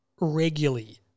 regularly